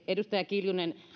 edustaja kiljunen